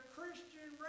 Christian